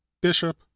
bishop